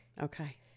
okay